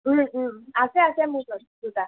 আছে আছে মোৰ ওচৰত দুটা